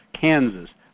Kansas